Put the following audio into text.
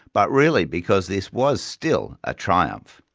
but really because this was still a triumph.